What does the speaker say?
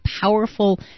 powerful